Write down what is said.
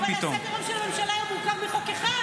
אבל סדר-היום של הממשלה היום מורכב מחוק אחד,